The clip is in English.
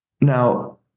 Now